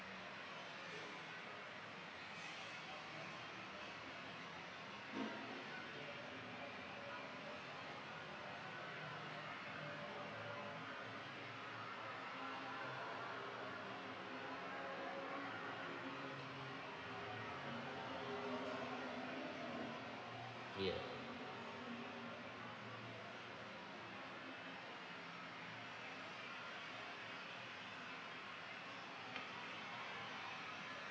ya